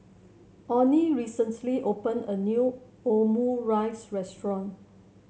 Oney recently open a new Omurice restaurant